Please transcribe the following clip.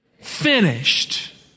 Finished